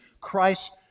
Christ